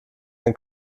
ein